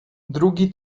drugi